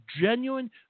genuine